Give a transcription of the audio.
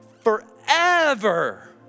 forever